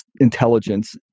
intelligence